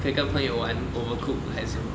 可以跟朋友玩 overcooked 还是什么